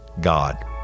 God